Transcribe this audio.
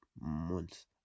months